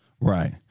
right